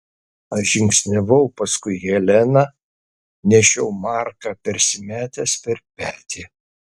aš žingsniavau paskui heleną nešiau marką persimetęs per petį